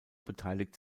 beteiligt